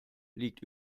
liegt